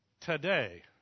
Today